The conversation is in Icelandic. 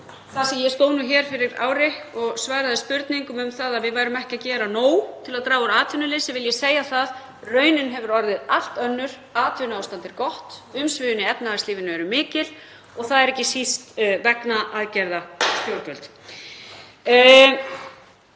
Þar sem ég stóð hér fyrir ári og svaraði spurningum um að við værum ekki að gera nóg til að draga úr atvinnuleysi vil ég segja að raunin hefur orðið allt önnur, atvinnuástand er gott, umsvifin í efnahagslífinu eru mikil og það er ekki síst vegna aðgerða stjórnvalda.